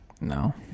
No